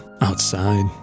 outside